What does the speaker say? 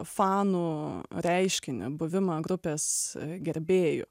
fanų reiškinį buvimą grupės gerbėju